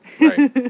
Right